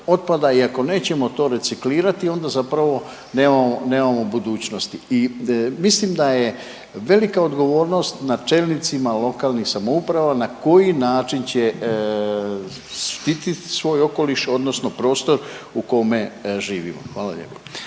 i ako nećemo to reciklirati onda zapravo nemamo, nemamo budućnosti. I mislim da je velika odgovornost na čelnicima lokalnih samouprava na koji način će štititi svoj okoliš odnosno prostor u kome živimo. Hvala lijepo.